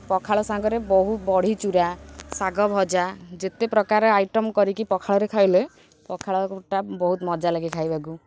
ପଖାଳ ସାଙ୍ଗରେ ବହୁ ବଢ଼ିଚୁରା ଶାଗ ଭଜା ଯେତେ ପ୍ରକାର ଆଇଟମ୍ କରିକି ପଖାଳରେ ଖାଇଲେ ପଖାଳଟା ବହୁତ ମଜା ଲାଗେ ଖାଇବାକୁ